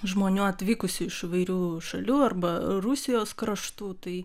žmonių atvykusių iš įvairių šalių arba rusijos kraštų tai